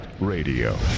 Radio